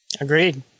Agreed